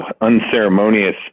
unceremonious